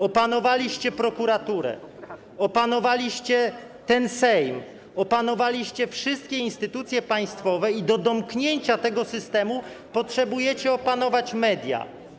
Opanowaliście prokuraturę, opanowaliście ten Sejm, opanowaliście wszystkie instytucje państwowe i do domknięcia tego systemu potrzebujecie opanować media.